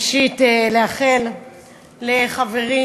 ראשית, לברך את חברי